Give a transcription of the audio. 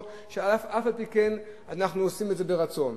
שאף-על-פי-כן אנחנו עושים את זה ברצון.